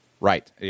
Right